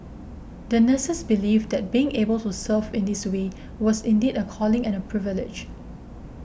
the nurses believed that being able to serve in this way was indeed a calling and a privilege